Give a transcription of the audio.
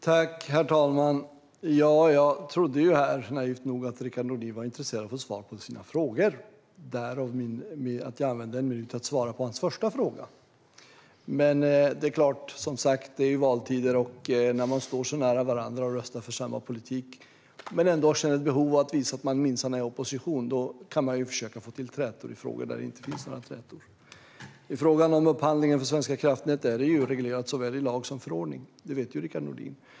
Herr talman! Jag trodde naivt nog att Rickard Nordin var intresserad av att få svar på sina frågor - därav det faktum att jag använde en minut till att svara på hans första fråga. Men det är som sagt valtider, och när man står så nära varandra och röstar för samma politik men ändå känner ett behov av att visa att man minsann är i opposition kan man såklart alltid försöka få till trätor i frågor där det inte finns några trätor. I frågan om upphandlingen för Svenska kraftnät är detta reglerat såväl i lag som i förordning. Det vet Rickard Nordin.